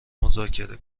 مذاکره